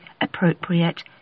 appropriate